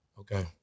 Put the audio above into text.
Okay